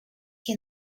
que